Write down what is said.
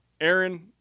Aaron